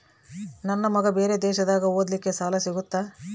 ನನ್ನ ಮಗ ಬೇರೆ ದೇಶದಾಗ ಓದಲಿಕ್ಕೆ ಸಾಲ ಸಿಗುತ್ತಾ?